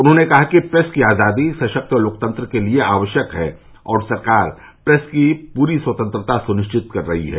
उन्होंने कहा कि प्रेस की आजादी सशक्त लोकतंत्र के लिए आवश्यक है और सरकार प्रेस की पूरी स्वतंत्रता सुनिश्चित कर रही है